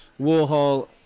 Warhol